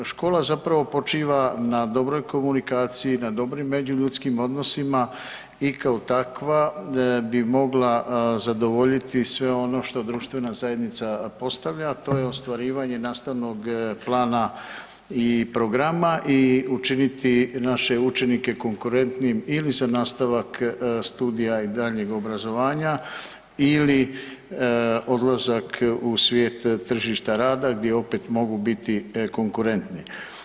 Škola zapravo počiva na dobroj komunikaciji, na dobrim međuljudskim odnosima i kao takva bi mogla zadovoljiti sve ono što društvena zajednica postavlja, a to je ostvarivanje nastavnog plana i programa, i učiniti naše učenike konkurentnim ili za nastavak studija i daljnjih obrazovanja ili odlazak u svijet tržišta rada gdje opet mogu biti konkurentni.